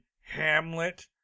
Hamlet